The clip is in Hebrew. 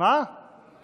זה